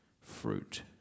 fruit